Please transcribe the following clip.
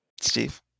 Steve